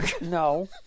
No